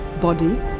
body